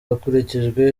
hakurikijwe